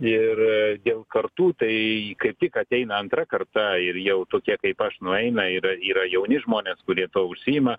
ir dėl kartų tai kaip tik ateina antra karta ir jau tokie kaip aš nueina yra yra jauni žmonės kurie tuo užsiima